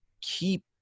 keep